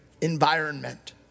environment